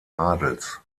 adels